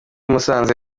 musanze